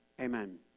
amen